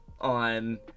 on